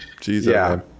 jesus